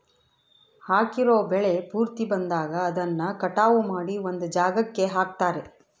ಹಾಕಿರೋ ಬೆಳೆ ಪೂರ್ತಿ ಬಂದಾಗ ಅದನ್ನ ಕಟಾವು ಮಾಡಿ ಒಂದ್ ಜಾಗಕ್ಕೆ ಹಾಕ್ತಾರೆ